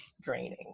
draining